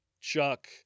Chuck